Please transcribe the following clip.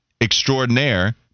extraordinaire